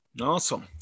Awesome